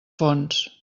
fonts